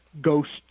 ghosts